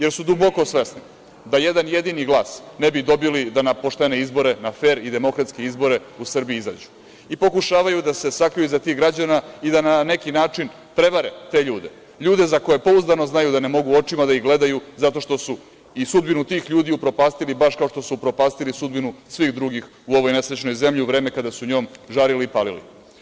Jer su duboko svesni da jedan jedini glas ne bi dobili da na poštene izbore, na fer i demokratske izbore u Srbiji izađu i pokušavaju da se sakriju iza tih građana i da na neki način prevare te ljude, ljude za koje pouzdano znaju da ne mogu očima da ih gledaju, zato što su i sudbinu tih ljudi upropastili, baš kao što su upropastili sudbinu svih drugih u ovoj nesrećnoj zemlji u vreme kada su njom žarili i palili.